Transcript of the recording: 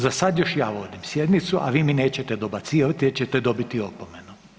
Za sad još ja vodim sjednicu, a vi mi nećete dobacivati jer ćete dobiti opomenu.